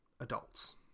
adults